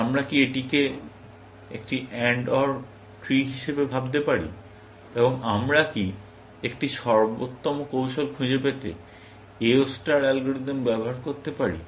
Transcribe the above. আমরা কি এটিকে একটি AND OR ট্রি হিসাবে ভাবতে পারি এবং আমরা কি একটি সর্বোত্তম কৌশল খুঁজে পেতে A0 ষ্টার অ্যালগরিদম ব্যবহার করতে পারি